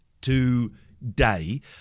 today